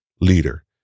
leader